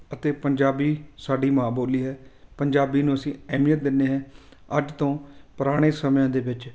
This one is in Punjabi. ਅਤੇ ਪੰਜਾਬੀ ਸਾਡੀ ਮਾਂ ਬੋਲੀ ਹੈ ਪੰਜਾਬੀ ਨੂੰ ਅਸੀਂ ਅਹਿਮੀਅਤ ਦਿੰਦੇ ਹੈ ਅੱਜ ਤੋਂ ਪੁਰਾਣੇ ਸਮਿਆਂ ਦੇ ਵਿੱਚ